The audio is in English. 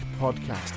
podcast